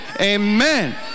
Amen